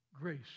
Grace